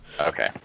Okay